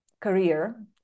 career